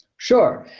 sure.